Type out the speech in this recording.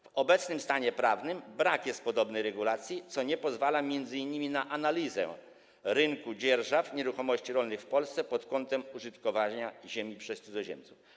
W obecnym stanie prawnym brak jest podobnej regulacji, co nie pozwala m.in. na analizę rynku dzierżaw nieruchomości rolnych w Polsce pod kątem użytkowania ziemi przez cudzoziemców.